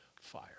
fire